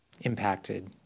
impacted